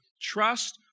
trust